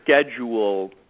schedule